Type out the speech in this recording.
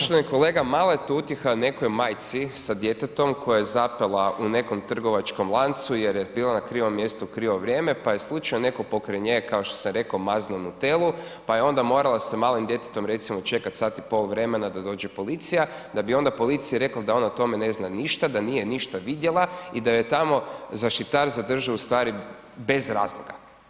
Poštovani kolega, mala je to utjeha nekoj majci sa djetetom koja je zapela u nekom trgovačkom lancu jer je bila na krivom mjestu, u krivo vrijeme pa je slučajno netko pokraj nje kao što sam rekao, maznuo Nutellu pa je onda morala sa malim djetetom recimo čekati sat i pol vremena da dođe policija da bi onda policiji rekla da ona o tome ne zna ništa, da nije ništa vidjela i da joj je tamo zaštitar zadržao ustvari bez razloga.